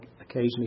occasionally